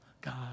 God